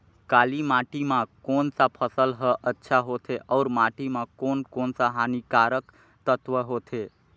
काली माटी मां कोन सा फसल ह अच्छा होथे अउर माटी म कोन कोन स हानिकारक तत्व होथे?